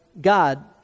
God